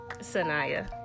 Sanaya